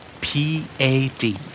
P-A-D